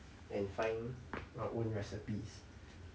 and find my own recipes